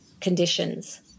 conditions